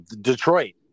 Detroit